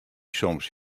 soms